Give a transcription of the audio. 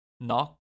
Knock